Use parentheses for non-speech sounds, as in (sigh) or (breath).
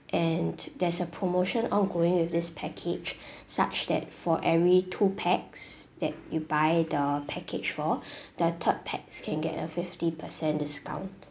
and there's a promotion ongoing with this package (breath) such that for every two pax that you buy the package for (breath) the third pax can get a fifty percent discount